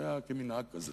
זה היה כמנהג כזה,